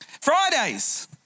Fridays